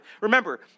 remember